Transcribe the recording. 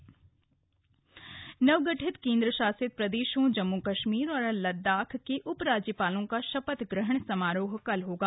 यूरोपीय संघ नवगठित केन्द्रशासित प्रदेशों जम्मू कश्मीर और लद्दाख के उप राज्यपालों का शपथग्रहण समारोह कल होगा